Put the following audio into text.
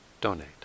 donate